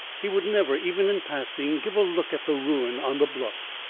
he would never, even in passing, give a look at the ruin on the bluff,